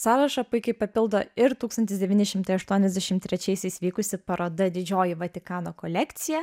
sąrašą puikiai papildo ir tūkstantis devyni šimtai aštuoniasdešim trečiaisiais vykusi paroda didžioji vatikano kolekcija